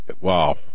wow